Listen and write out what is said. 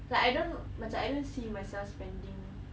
like I don't macam I don't see myself spending